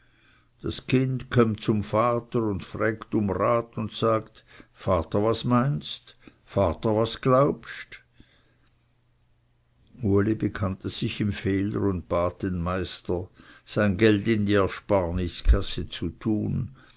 das kind kömmt zum vater und frägt um rat und sagt vater was meinst vater was glaubst uli bekannte sich im fehler und bat den meister sein geld in die ersparniskasse zu tun